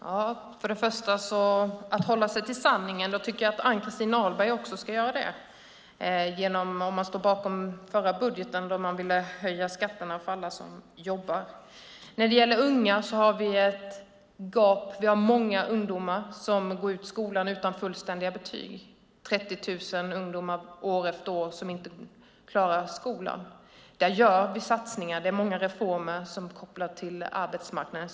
Herr talman! Först och främst tycker jag att också Ann-Christin Ahlberg ska hålla sig till sanningen, om hon stod bakom den förra budgeten där man ville höja skatterna för alla som jobbar. När det gäller unga har vi ett gap. Vi har många ungdomar som går ut skolan utan fullständiga betyg. Det är 30 000 ungdomar år efter år som inte klarar skolan. Där gör vi satsningar. Det är många reformer som är kopplade till arbetsmarknaden.